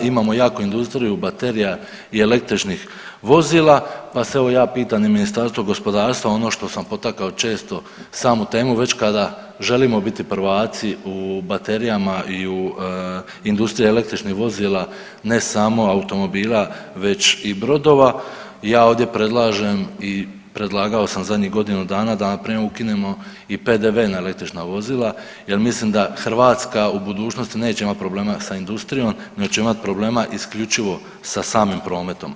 Imao jaku industriju baterija i električnih vozila pa se evo ja pitam i Ministarstvo gospodarstva ono što sam potakao često samu temu već kada želimo biti prvaci u baterijama i u industriji električnih vozila ne samo automobila već i brodova, ja ovdje predlažem i predlagao sam zadnjih godinu dana da npr. ukinemo i PDV na električna vozila jer mislim da Hrvatska u budućnosti neće imati problema sa industrijom već će imati problema isključivo sa samim prometom.